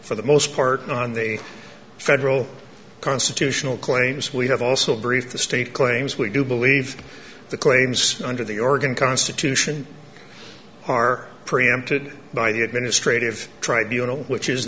for the most part on the federal constitutional claims we have also briefed the state claims we do believe the claims under the oregon constitution are preempted by the administrative tribunal which is